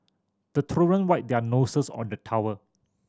the children wipe their noses on the towel